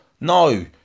No